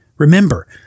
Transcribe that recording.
Remember